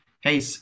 Hey